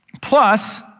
Plus